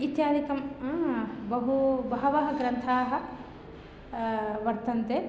इत्यादिकं बहु बहवः ग्रन्थाः वर्तन्ते